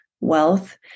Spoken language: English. wealth